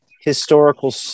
historical